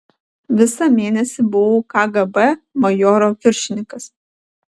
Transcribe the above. visą mėnesį buvau kgb majoro viršininkas